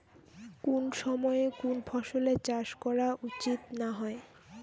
কুন সময়ে কুন ফসলের চাষ করা উচিৎ না হয়?